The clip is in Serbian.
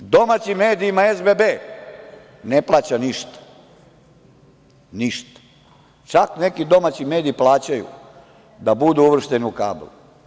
Domaćim medijima SBB ne plaća ništa, ništa, čak neki domaći mediji plaćaju da budu uvršteni u kabl.